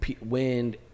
wind